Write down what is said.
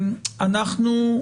אנחנו,